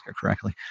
correctly